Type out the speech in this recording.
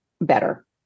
better